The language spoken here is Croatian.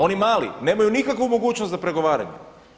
Oni mali nemaju nikakvu mogućnost za pregovaranje.